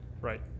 Right